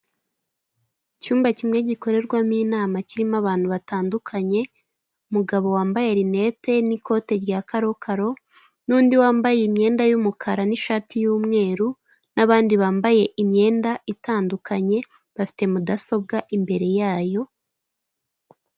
Icyumba kimwe gikorerwamo inama kirimo abantu batandukanye, umugabo wambaye rinete n'ikote rya karokaro n'undi wambaye imyenda y'umukara n'ishati y'umweru n'abandi bambaye imyenda itandukanye bafite mudasobwa imbere yayo.